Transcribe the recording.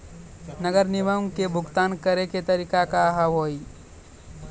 नगर निगम के भुगतान करे के तरीका का हाव हाई?